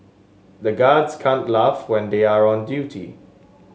the guards can't laugh when they are on duty